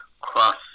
cross